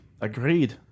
Agreed